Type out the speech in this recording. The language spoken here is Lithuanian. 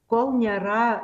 kol nėra